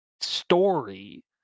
story